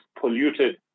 polluted